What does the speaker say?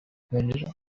نمیرم